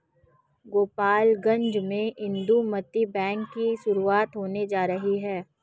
गोपालगंज में इंदुमती बैंक की शुरुआत होने जा रही है